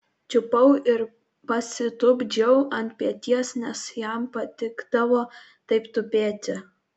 čiupau ir pasitupdžiau ant peties nes jam patikdavo taip tupėti